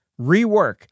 rework